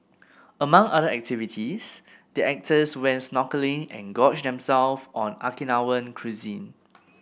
among other activities the actors went snorkelling and gorged themselves on Okinawan cuisine